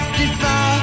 defy